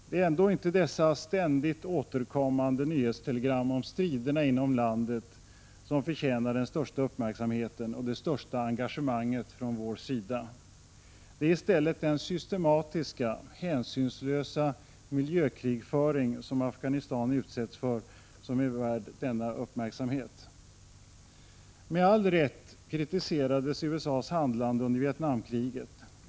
Det är ändå inte dessa ständigt återkommande nyhetstelegram om striderna inom landet som förtjänar den största uppmärksamheten och det 75 största engagemanget från vår sida. Det är i stället den systematiska, hänsynslösa miljökrigföring som Afghanistan utsätts för som är värd denna uppmärksamhet. Med all rätt kritiserades USA:s handlande under Vietnamkriget.